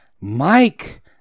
Mike